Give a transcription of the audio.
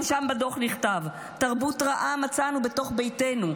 גם שם נכתב בדוח: "תרבות רעה מצאנו בתוך ביתנו.